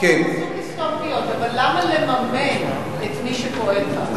אסור לסתום פיות, אבל למה לממן את מי שפועל כך?